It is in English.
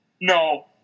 No